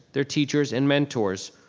their teachers and mentors.